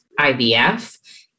IVF